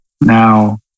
now